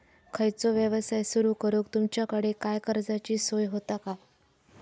खयचो यवसाय सुरू करूक तुमच्याकडे काय कर्जाची सोय होता काय?